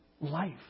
life